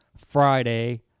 Friday